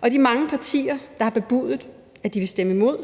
og de mange partier, der har bebudet, at de vil stemme imod,